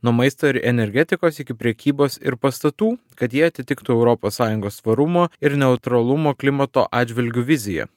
nuo maisto ir energetikos iki prekybos ir pastatų kad jie atitiktų europos sąjungos tvarumo ir neutralumo klimato atžvilgiu viziją